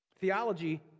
Theology